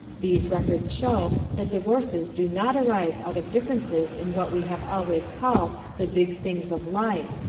these records show that divorces do not arise out of differences in what we have always called the big things of life,